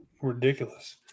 ridiculous